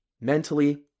mentally